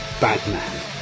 Batman